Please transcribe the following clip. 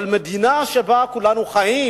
אבל במדינה שבה כולנו חיים,